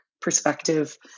perspective